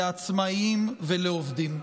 לעצמאים ולעובדים.